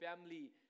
family